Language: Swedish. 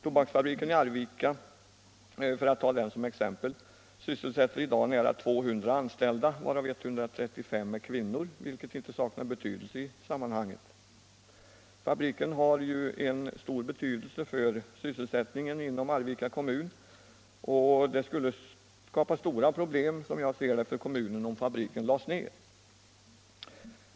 Tobaksfabriken i Arvika, för att ta den som exempel, sysselsätter i dag nära 200 anställda varav 135 är kvinnor, vilket inte saknar betydelse i sammanhanget. Fabriken har stor betydelse för sysselsättningen inom Arvika kommun och det skulle, som jag ser det, skapa stora problem för kommunen om fabriken lades ned.